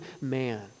man